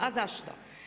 A zašto?